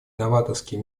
новаторские